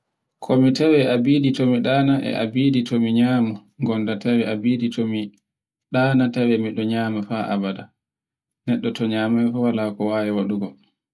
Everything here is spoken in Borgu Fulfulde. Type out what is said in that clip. komi tawe e bidi tomi ɗane e abidi to mi nyamu gonda tawe a bidi ɗanatawe miɗo nyama haa abada. Neɗɗo to nyamai fu wala ko wawi waɗugo